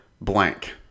blank